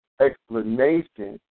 explanation